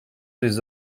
des